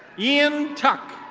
ian tuck.